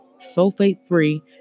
sulfate-free